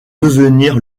devenir